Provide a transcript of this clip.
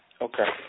Okay